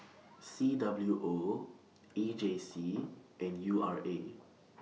C W O E J C and U R A